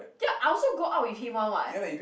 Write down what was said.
ya I also go out with him [one] [what]